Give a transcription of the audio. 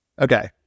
Okay